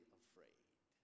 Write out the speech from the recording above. afraid